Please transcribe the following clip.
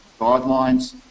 guidelines